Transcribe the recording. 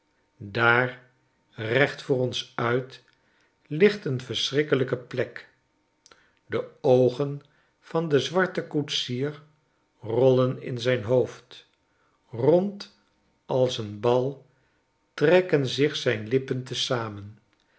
daar recht voor ons uit ligt een verschrikkelijke plek de oogen van den zwarten koetsier rollen in zijn hoofd rond als een bal trekken zich zijn lippen te zamen